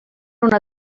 una